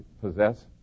possess